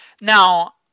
Now